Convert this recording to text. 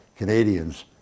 Canadians